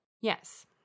Yes